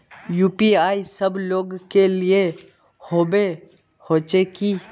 UPI सब लोग के लिए होबे होचे की?